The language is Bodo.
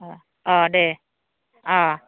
अ अ दे अ